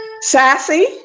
Sassy